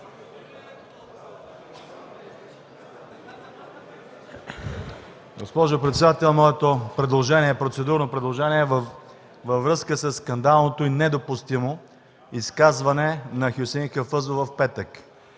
Госпожо председател, моето процедурно предложение е във връзка със скандалното и недопустимо изказване на Хюсеин Хафъзов в петък.